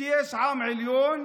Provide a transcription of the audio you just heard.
שיש עם עליון,